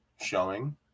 showing